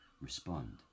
respond